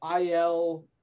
IL